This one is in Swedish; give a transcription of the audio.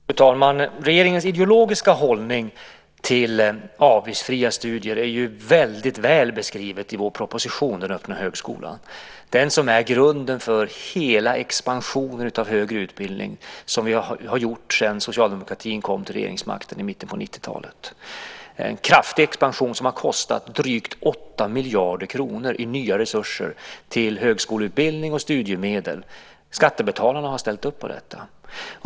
Fru talman! Regeringens ideologiska hållning till avgiftsfria studier är väldigt väl beskriven i vår proposition om den öppna högskolan, som är grunden för hela den expansion av högre utbildning som vi har gjort sedan Socialdemokraterna i mitten av 1990-talet kom till regeringsmakten - en kraftig expansion som har kostat drygt 8 miljarder kronor i nya resurser till högskoleutbildning och studiemedel. Skattebetalarna har ställt upp på detta.